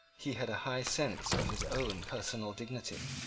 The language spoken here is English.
he had a high sense of his own personal dignity.